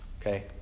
Okay